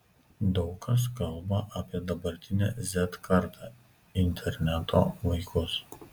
daug kas kalba apie dabartinę z kartą interneto vaikus